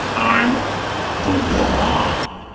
i'm the law,